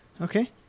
Okay